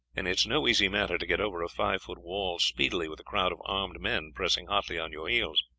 and it is no easy matter to get over a five-foot wall speedily with a crowd of armed men pressing hotly on your heels.